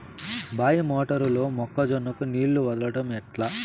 బాయి మోటారు లో మొక్క జొన్నకు నీళ్లు వదలడం ఎట్లా?